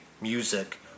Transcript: music